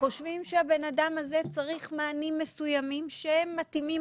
חושבים שהבן אדם הזה צריך מענים מסוימים שהם מתאימים